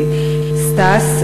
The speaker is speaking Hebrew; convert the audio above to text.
סטס.